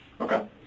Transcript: Okay